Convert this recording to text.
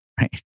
right